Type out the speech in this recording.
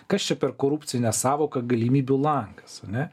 kas čia per korupcinė sąvoka galimybių langas ane